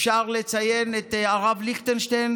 אפשר לציין את הרב ליכטנשטיין,